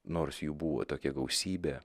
nors jų buvo tokia gausybė